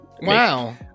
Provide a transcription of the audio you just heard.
Wow